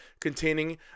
containing